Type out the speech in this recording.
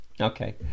Okay